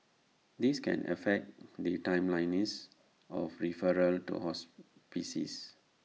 this can affect the timeliness of referrals to hospices